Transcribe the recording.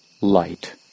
light